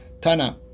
Tana